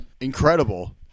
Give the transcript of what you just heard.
incredible